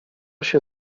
się